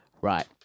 right